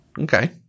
Okay